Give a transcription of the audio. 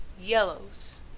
yellows